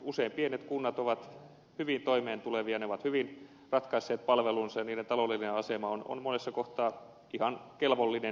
usein pienet kunnat ovat hyvin toimeentulevia ne ovat hyvin ratkaisseet palvelunsa ja niiden taloudellinen asema on monessa kohtaa ihan kelvollinen